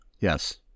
Yes